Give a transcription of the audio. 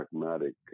pragmatic